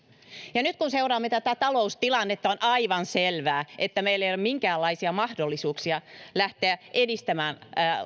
nyt kun seuraamme tätä taloustilannetta on aivan selvää että meillä ei ole minkäänlaisia mahdollisuuksia lähteä edistämään